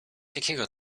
jakiego